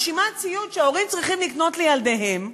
רשימת ציוד שההורים צריכים לקנות לילדיהם,